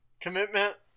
Commitment